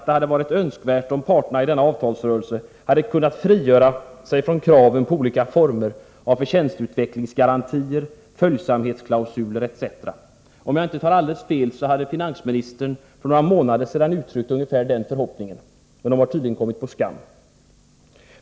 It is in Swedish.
Det hade varit önskvärt att parterna i denna avtalsrörelse hade kunnat frigöra sig från krav på olika former av förtjänstutvecklingsgarantier, följsamhetsklausuler etc. Om jag inte har alldeles fel, uttryckte finansministern själv denna förhoppning för några månader sedan. Men den har tydligen kommit på skam.